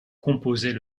composer